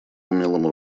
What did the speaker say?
умелым